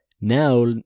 Now